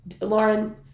Lauren